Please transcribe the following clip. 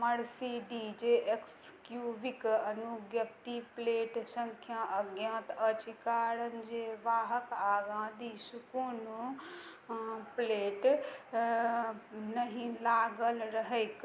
Mercedes X U V के अनुज्ञप्ति plate सँख्या अज्ञात अछि कारण जे वाहक आगाँ दिस कोनो प्लेट नहि लागल रहै